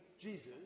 Jesus